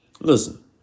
Listen